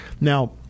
Now